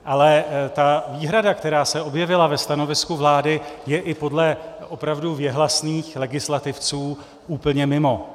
Ale výhrada, která se objevila ve stanovisku vlády, je i podle opravdu věhlasných legislativců úplně mimo.